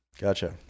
Gotcha